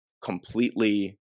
completely